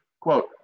quote